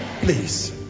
Please